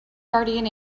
guardian